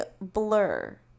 blur